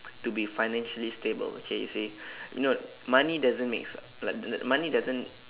to be financially stable okay you see no money doesn't make s~ money doesn't